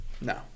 No